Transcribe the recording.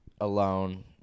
alone